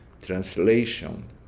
Translation